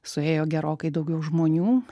suėjo gerokai daugiau žmonių